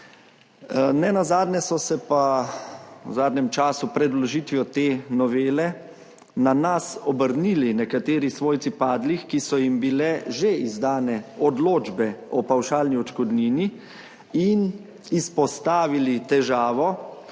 Nenazadnje so se pa v zadnjem času pred vložitvijo te novele na nas obrnili nekateri svojci padlih, ki so jim že bile izdane odločbe o pavšalni odškodnini in izpostavili težavo,